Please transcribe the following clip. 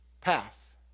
path